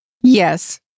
Yes